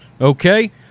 Okay